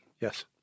Yes